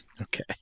okay